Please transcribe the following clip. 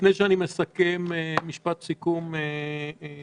לפני שאני מסכם, התייחסות של צה"ל